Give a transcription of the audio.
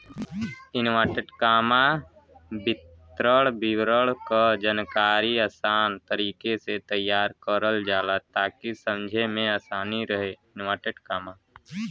वित्तीय विवरण क जानकारी आसान तरीके से तैयार करल जाला ताकि समझे में आसानी रहे